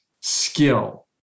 skill